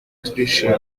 turishima